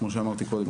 כמו שאמרתי קודם,